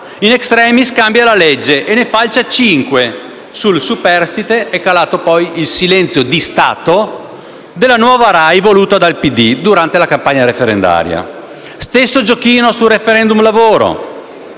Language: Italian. *In extremis*, ha cambiato la legge, falciandone cinque; sul superstite è calato poi il silenzio di Stato della nuova RAI voluta dal PD, durante la campagna referendaria. Stesso giochino con il *referendum* sul lavoro,